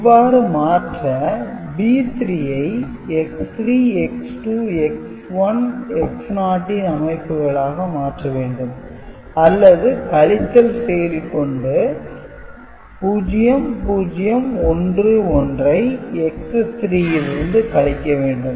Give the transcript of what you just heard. இவ்வாறு மாற்ற B3 ஐ X3 X2 X1 X0 ன் அமைப்புகளாக மாற்ற வேண்டும் அல்லது கழித்தல் செயலி கொண்டு 0 0 1 1 ஐ Excess - 3 யிலிருந்து கழிக்க வேண்டும்